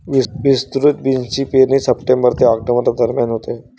विस्तृत बीन्सची पेरणी सप्टेंबर ते ऑक्टोबर दरम्यान होते